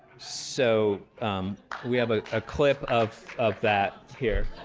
so we have a ah clip of of that here.